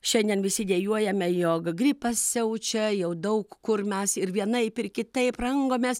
šiandien visi dejuojame jog gripas siaučia jau daug kur mes ir vienaip ir kitaip rangomės